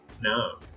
No